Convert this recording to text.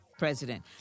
president